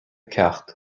ceacht